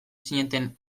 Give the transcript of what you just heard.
zineten